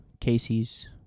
Casey's